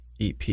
EP